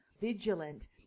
vigilant